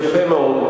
יפה מאוד,